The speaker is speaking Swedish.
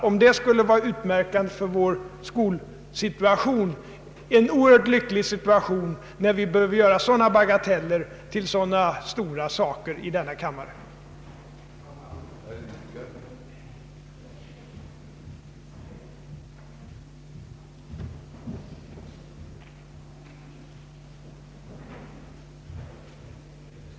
Om det utmärkande för vår skolsituation skulle vara att sådana bagateller behöver göras till stora saker i denna kammare, då är vi i ett oerhört lyckligt läge.